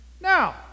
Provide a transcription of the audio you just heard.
Now